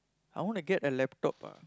I want to get a laptop ah